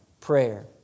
prayer